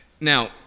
Now